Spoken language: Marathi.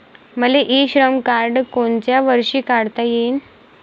मले इ श्रम कार्ड कोनच्या वर्षी काढता येईन?